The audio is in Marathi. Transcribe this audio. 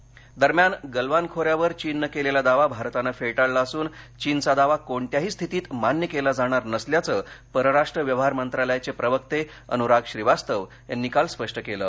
चीन दरम्यान गलवान खोऱ्यावर चीननं केलेला दावा भारतानं फेटाळला असून चीनचा दावा कोणत्याही स्थितीत मान्य केला जाणार नसल्याचं परराष्ट्र व्यवहार मंत्रालयाचे प्रवक्ते अनुराग श्रीवास्तव यांनी काल स्पष्ट केलं